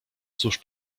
cóż